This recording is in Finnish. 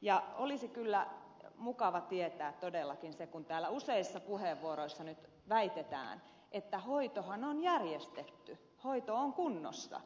ja olisi kyllä mukava tietää todellakin se kun täällä useissa puheenvuoroissa nyt väitetään että hoitohan on järjestetty hoito on kunnossa